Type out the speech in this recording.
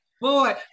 Boy